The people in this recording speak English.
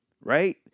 Right